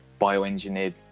bioengineered